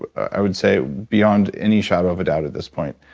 but i would say beyond any shadow of a doubt at this point,